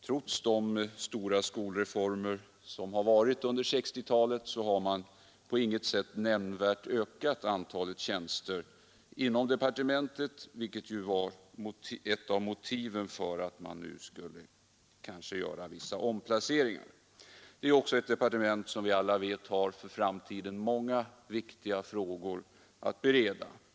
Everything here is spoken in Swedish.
Trots de stora skolreformer som genomförts under 1960-talet har antalet tjänster inte nämnvärt ökat inom departementet, vilket även är ett av motiven för att man nu eventuellt skall göra vissa omplaceringar. Vi vet också alla att detta departement har många viktiga frågor att bereda i framtiden.